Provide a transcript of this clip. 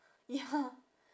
ya